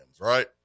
right